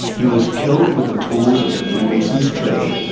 he was killed with the tools of the freemason's trade,